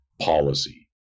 policy